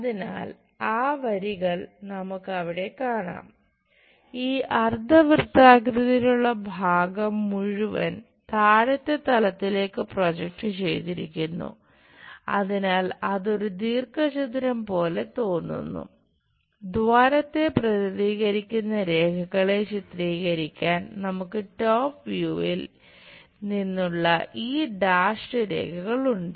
അതിനാൽ ആ വരികൾ നമുക്ക് അവിടെ കാണാം ഈ അർദ്ധ വൃത്താകൃതിയിലുള്ള ഭാഗം മുഴുവൻ താഴത്തെ തലത്തിലേക്ക് പ്രൊജക്റ്റ് രേഖകൾ ഉണ്ട്